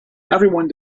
everyone